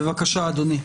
בבקשה, אדוני.